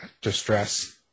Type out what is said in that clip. distress